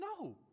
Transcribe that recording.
no